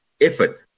effort